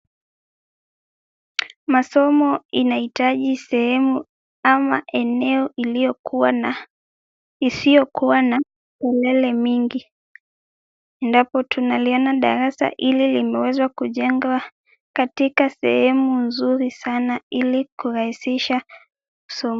Masomo inahitaji sehemu ama eneo iliyokuwa na, isiyokuwa na kelele mingi. Endapo tunaliona darasa ile limeweza kujengwa katika sehemu nzuri sana ili kurahisisha somo.